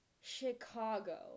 Chicago